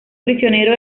prisionero